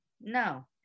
No